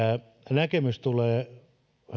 näkemys tulee